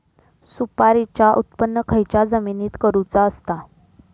सुपारीचा उत्त्पन खयच्या जमिनीत करूचा असता?